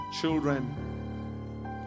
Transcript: children